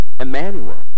Emmanuel